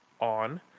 on